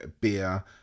beer